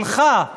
שלך,